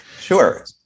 sure